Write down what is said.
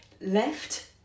left